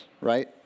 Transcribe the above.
right